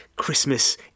Christmas